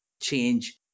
change